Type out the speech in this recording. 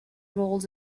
rolls